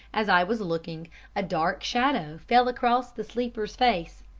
as i was looking a dark shadow fell across the sleeper's face,